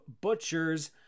butchers